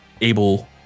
able